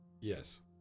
Yes